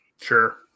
Sure